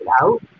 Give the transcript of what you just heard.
out